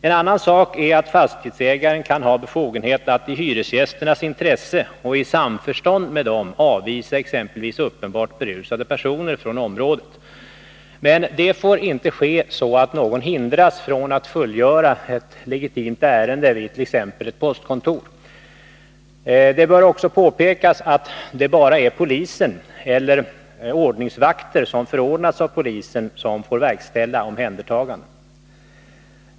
En annan sak är att fastighetsägaren kan ha befogenhet att i hyresgästernas intresse och i samförstånd med dem avvisa exempelvis uppenbart berusade personer från området. Detta får dock inte ske så att någon hindras från att fullgöra ett legitimt ärende vid t.ex. ett postkontor. Det bör vidare påpekas att det bara är polisen eller av polisen förordnade ordningsvakter som får verkställa omhändertaganden.